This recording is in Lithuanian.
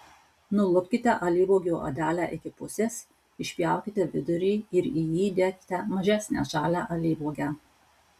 nulupkite alyvuogių odelę iki pusės išpjaukite vidurį ir į jį įdėkite mažesnę žalią alyvuogę